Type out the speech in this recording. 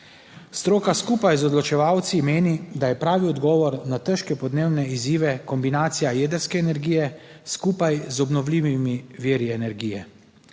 Stroka skupaj z odločevalci meni, da je pravi odgovor na težke podnebne izzive kombinacija jedrske energije skupaj z obnovljivimi viri energije.